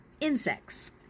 insects